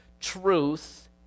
truth